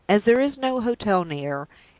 as there is no hotel near,